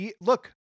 Look